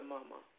Mama